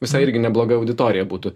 visai irgi nebloga auditorija būtų